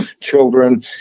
children